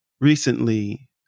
recently